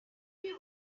could